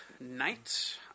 night